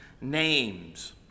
names